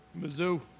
Mizzou